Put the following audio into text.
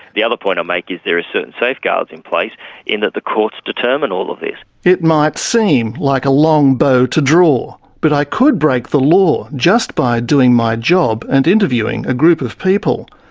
the other point i make is there are certain safeguards in place in that the courts determine all of this. it might seem like a long bow to draw, but i could break the law just by doing my job and interviewing a group of people.